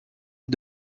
est